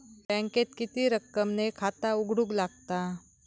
बँकेत किती रक्कम ने खाता उघडूक लागता?